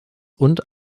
und